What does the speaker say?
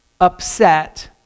upset